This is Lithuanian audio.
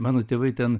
mano tėvai ten